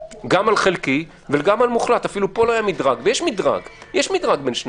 לא היו דיונים בוועדה כי לא הבאתם את מה שהייתם